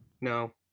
No